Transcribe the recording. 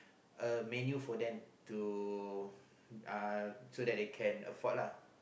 a menu for them to uh so that they can afford lah